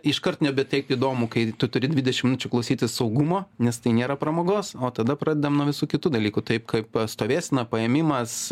iškart nebe taip įdomu kai tu turi dvidešimt minučių klausytis saugumo nes tai nėra pramogos o tada pradedam nuo visų kitų dalykų taip kaip stovėsena paėmimas